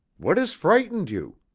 what has frightened you?